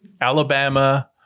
Alabama